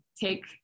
take